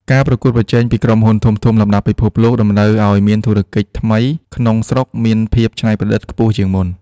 ការប្រកួតប្រជែងពីក្រុមហ៊ុនធំៗលំដាប់ពិភពលោកតម្រូវឱ្យធុរកិច្ចថ្មីក្នុងស្រុកមានភាពច្នៃប្រឌិតខ្ពស់ជាងមុន។